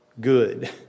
good